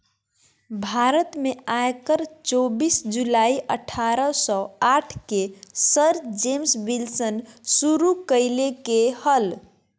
भारत में आयकर चोबीस जुलाई अठारह सौ साठ के सर जेम्स विल्सन शुरू कइल्के हल